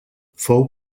fou